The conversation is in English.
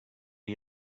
you